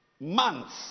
months